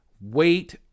wait